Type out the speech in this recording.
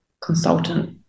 consultant